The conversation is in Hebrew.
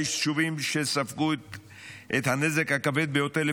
היישובים שספגו את הנזק הכבד ביותר,